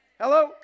Hello